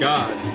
God